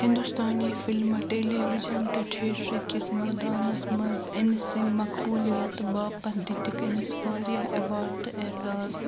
ہندوستٲنی فِلمہِ television تہٕ ٹھیٹرٕ کِس مٲدانَس منٛز أمۍ سٕنٛدۍ مقبولیتہٕ باپتھ دِتِکھۍ أمِس واریٛاہ ایوارڈ تہٕ اعزاز